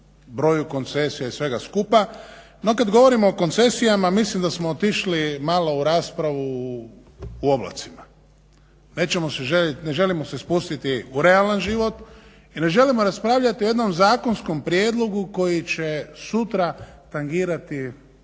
broju koncesija i svega skupa, no kad govorimo o koncesijama mislim da smo otišli malo u raspravu u oblacima, nećemo si željeti, ne želimo se spustiti u realan život, i ne želimo raspravljati o jednom zakonskom prijedlogu koji će sutra tangirati